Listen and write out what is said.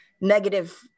negative